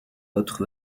autre